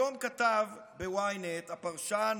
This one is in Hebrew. היום כתב ב-ynet הפרשן